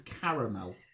caramel